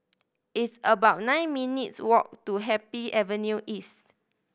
it's about nine minutes' walk to Happy Avenue East